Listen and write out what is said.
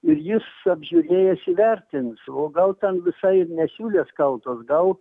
ir jis apžiūrėjęs įvertins o gal ten visai ne siūlės kaltos gal